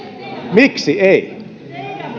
miksi ei